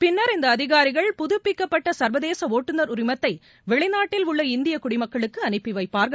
பின்னர் இந்த அதிகாரிகள் புதப்பிக்கப்பட்ட சர்வதேச ஒட்டுநர் உரிமத்தை வெளிநாட்டில் உள்ள இந்திய குடிமக்களுக்கு அனுப்பி வைப்பார்கள்